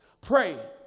Pray